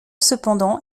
cependant